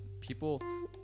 people